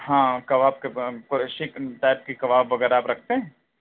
ہاں کباب کے سیک ٹائپ کی کباب اگر آپ رکھتے ہیں